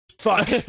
fuck